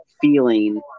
feeling